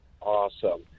Awesome